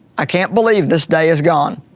i can't believe this day has gone,